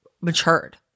matured